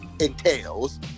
entails